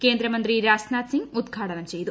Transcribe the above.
കേന്ദ്രമന്ത്രി രാജ്നാഥ് സിംഗ് ഉദ്ഘാടനം ചെയ്തു